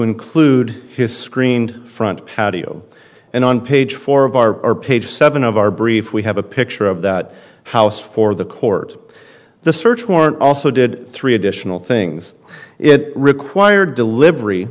include his screened front patio and on page four of our page seven of our brief we have a picture of that house for the court the search warrant also did three additional things it require delivery